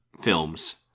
films